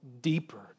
deeper